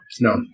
No